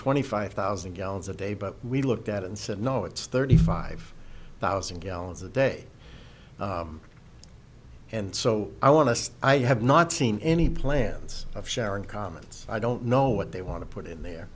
twenty five thousand gallons a day but we looked at it and said no it's thirty five thousand gallons a day and so i want to i have not seen any plans of sharing comments i don't know what they want to put in there